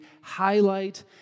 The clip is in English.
highlight